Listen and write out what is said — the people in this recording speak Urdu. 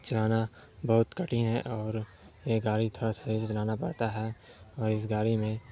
چلانا بہت کٹھن ہے اور یہ گاڑی تھوڑا سا صحیح سے چلانا پڑتا ہے اور اس گاڑی میں